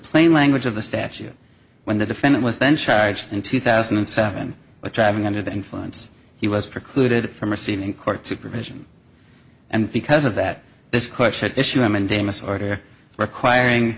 plain language of the statute when the defendant was then charged in two thousand and seven but driving under the influence he was precluded from receiving court supervision and because of that this question issue i mean damus order requiring